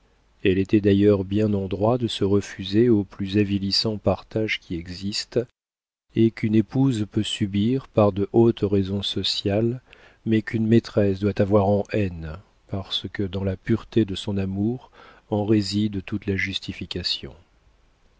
elle était d'ailleurs bien en droit de se refuser au plus avilissant partage qui existe et qu'une épouse peut subir par de hautes raisons sociales mais qu'une maîtresse doit avoir en haine parce que dans la pureté de son amour en réside toute la justification